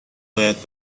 باید